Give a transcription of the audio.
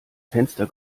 fenster